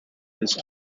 this